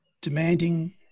demanding